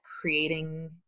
creating